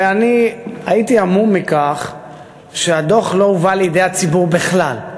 ואני הייתי המום מכך שהדוח לא הובא לידי הציבור בכלל,